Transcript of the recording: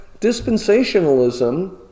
dispensationalism